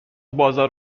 بازار